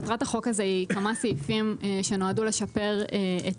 מטרת החוק הזה היא כמה סעיפים שנועדו לשפר את